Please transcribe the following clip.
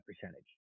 percentage